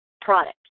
product